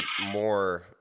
more